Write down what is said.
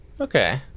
Okay